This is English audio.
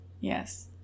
yes